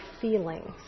feelings